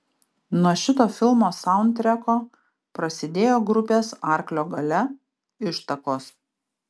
nuo šito filmo saundtreko prasidėjo grupės arklio galia ištakos